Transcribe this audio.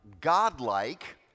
godlike